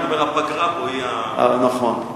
אתה אומר שהפגרה פה היא, נכון.